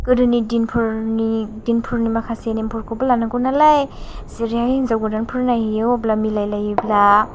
गोदोनि दिनफोरनि माखासे नेमफोरखौ लानांगौ नालाय जेरै हिन्जाव गोदानफोर नायहैयो अब्ला मिलायलायोब्ला